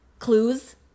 clues